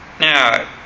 Now